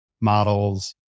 models